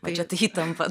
o čia tai įtampa